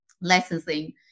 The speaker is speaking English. licensing